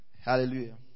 Hallelujah